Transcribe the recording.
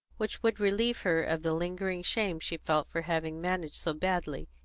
which would relieve her of the lingering shame she felt for having managed so badly,